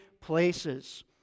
places